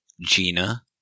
Gina